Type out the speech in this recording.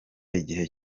igihe